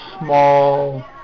small